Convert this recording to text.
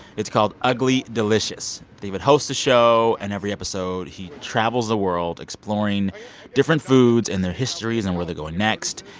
it's called ugly delicious. david hosts the show. and every episode, he travels the world, exploring different foods and their histories and where they're going next.